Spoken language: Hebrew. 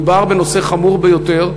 מדובר בנושא חמור ביותר.